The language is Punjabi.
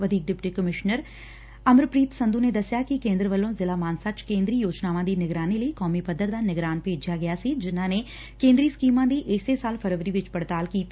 ਵਧੀਕ ਡਿਪਟੀ ਕਮਿਸ਼ਨਰ ਅਮਰਪ੍ਰੀਤ ਸੰਧੂ ਨੇ ਦਸਿਆ ਕਿ ਕੇਦਰ ਵੱਲੋ ਜ਼ਿਲ੍ਹਾ ਮਾਨਸਾ ਵਿਚ ਕੇਦਰੀ ਯੋਜਨਾਵਾਂ ਦੀ ਨਿਗਰਾਨੀ ਲਈ ਕੌਮੀ ਪੱਧਰ ਦਾ ਨਿਗਰਾਨ ਭੇਜਿਆ ਗਿਆ ਸੀ ਜਿਨਾਂ ਕੇ ਦਰੀ ਸਕੀਮਾਂ ਦੀ ਇਸੇ ਸਾਲ ਫਰਵਰੀ ਵਿਚ ਪੜਤਾਲ ਕੀਤੀ